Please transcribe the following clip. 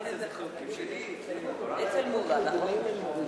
חוק הביטוח הלאומי (תיקון מס' 138),